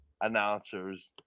announcers